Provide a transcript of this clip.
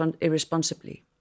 irresponsibly